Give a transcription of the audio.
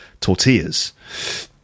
tortillas